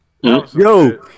Yo